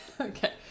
okay